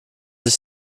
sich